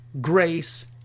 grace